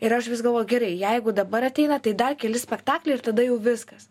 ir aš vis galvojau gerai jeigu dabar ateina tai dar keli spektakliai ir tada jau viskas